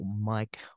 Mike